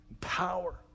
Power